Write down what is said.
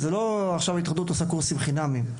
ההתאחדות לא עושה קורסים חינמיים.